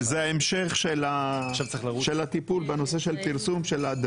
לא, למה לא חוקה?